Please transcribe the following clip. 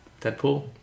Deadpool